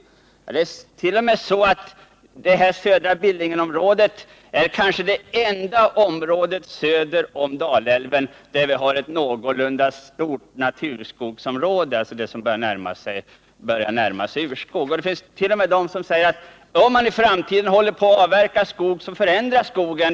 6 december 1978 Södra Billingen är det enda område söder om Dalälven där vi har ett någorlunda stort naturskogsområde, som börjar närma sig urskog. Det finns t.0. m. de som säger att om man i framtiden avverkar skog så förändras trädarterna.